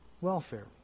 welfare